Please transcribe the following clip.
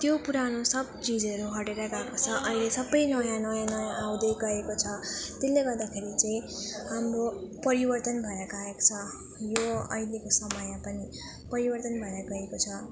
त्यो पुरानो सब चिजहरू हटेर गएको छ अहिले सब नयाँ नयाँ नयाँ आउँदै गएको छ त्यसले गर्दाखेरि चाहिँ हाम्रो परिवर्तन भएर गएको छ यो अहिलेको समयमा पनि परिवर्तन भएर गएको छ